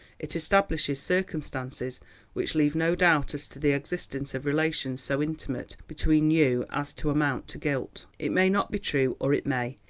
it establishes circumstances which leave no doubt as to the existence of relations so intimate between you as to amount to guilt. it may not be true or it may,